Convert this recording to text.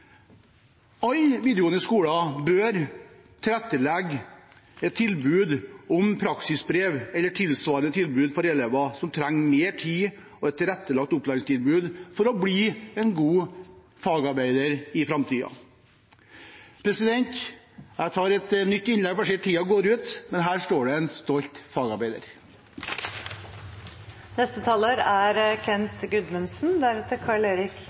skoler bør tilrettelegge for praksisbrev eller et tilsvarende tilbud for elever som trenger mer tid og tilrettelagt opplæring for å bli en god fagarbeider i framtiden. Jeg tar et nytt innlegg, for jeg ser tiden går ut. Her står det en stolt